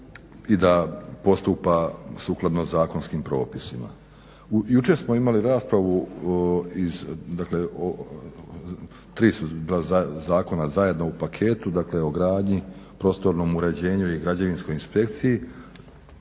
i da postupa sukladno zakonskim propisima. Jučer smo imali raspravu dakle tri su bila zakona zajedno u paketu, dakle o gradnji, prostornom uređenju i građevinskoj inspekciji.